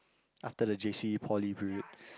after the J_C poly period